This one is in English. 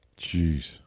Jeez